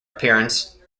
appearance